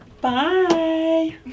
Bye